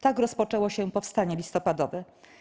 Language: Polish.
Tak rozpoczęło się Powstanie Listopadowe.